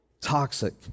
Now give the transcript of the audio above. toxic